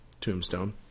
Tombstone